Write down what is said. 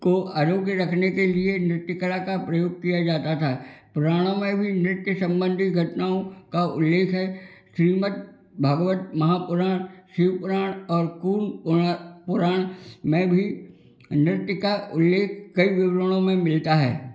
को आरोग्य रखने के लिए नृत्य कला का प्रयोग किया जाता था पुराणों में भी नृत्य संबंधित घटनाओं का उल्लेख है श्रीमत भागवत महापुराण शिव पुराण और कुम्ब पुराण में भी नृत्य का उल्लेख कई विवरणों में मिलता है